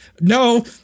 no